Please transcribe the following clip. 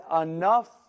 enough